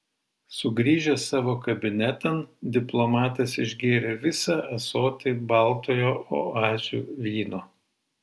sugrįžęs savo kabinetan diplomatas išgėrė visą ąsotį baltojo oazių vyno